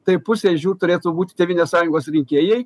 tai pusė iš jų turėtų būt tėvynės sąjungos rinkėjai